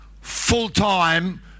full-time